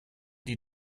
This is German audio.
die